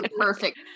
perfect